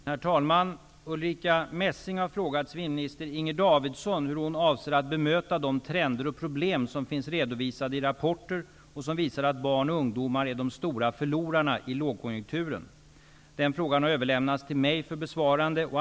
Herr talman! Ulrica Messing har frågat civilminister Inger Davidson hur hon avser att bemöta de trender och problem som finns redovisade i rapporter och som visar att barn och ungdomar är de stora förlorarna i lågkonjunkturen. Frågan har överlämnats till mig för besvarande.